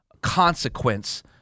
consequence